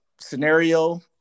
Scenario